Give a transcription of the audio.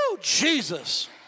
Jesus